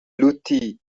لوتی